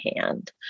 hand